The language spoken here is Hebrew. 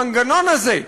המנגנון הזה,